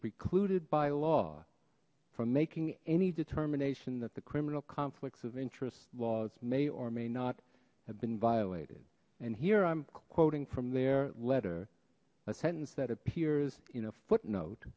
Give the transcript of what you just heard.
precluded by law from making any determination that the criminal conflicts of interest laws may or may not have been violated and here i'm quoting from their letter a sentence that appears in a footnote